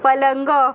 पलंग